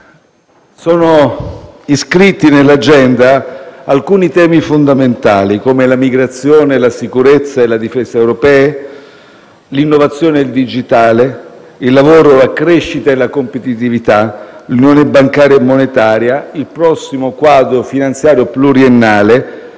Sono iscritti nell'agenda alcuni temi fondamentali come la migrazione, la sicurezza e la difesa europea, l'innovazione e il digitale, il lavoro, la crescita e la competitività, l'unione bancaria e monetaria e il prossimo quadro finanziario pluriennale,